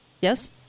Yes